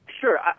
Sure